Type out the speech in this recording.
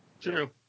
True